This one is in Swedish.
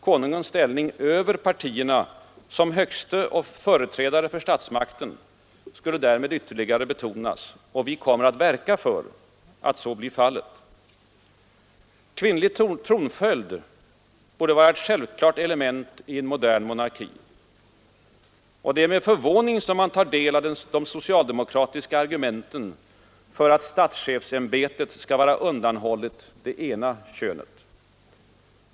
Konungens ställning över partierna som högste företrädare för statsmakten skulle därmed ytterligare betonas. Vi kommer att verka för att så blir fallet. Kvinnlig tronföljd borde vara ett självklart element i en modern monarki. Det är med förvåning som man tar del av de socialdemokratiska argumenten för att statschefsämbetet skall vara undanhållet det ena könet.